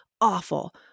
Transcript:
awful